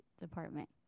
department